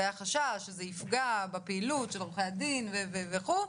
והיה חשש שזה יפגע בפעילות של עורכי הדין וכו',